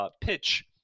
pitch